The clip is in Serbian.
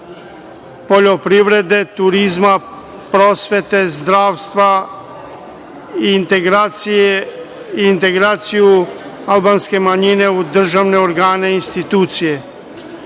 poljoprivrede, turizma, prosvete, zdravstva i integraciju albanske manjine u državne organe i institucije. Ustavom